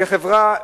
כחברה מתוקנת,